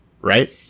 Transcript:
right